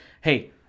hey